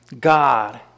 God